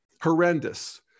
horrendous